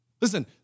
Listen